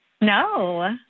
No